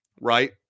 right